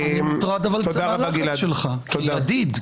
אני מוטרד מהלחץ שלך כידיד,